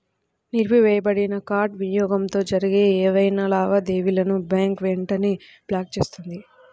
నిలిపివేయబడిన కార్డ్ వినియోగంతో జరిగే ఏవైనా లావాదేవీలను బ్యాంక్ వెంటనే బ్లాక్ చేస్తుంది